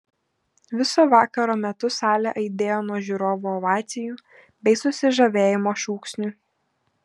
viso vakaro metu salė aidėjo nuo žiūrovų ovacijų bei susižavėjimo šūksnių